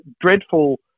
dreadful